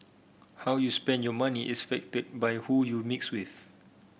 how you spend your money is affected by who you mix with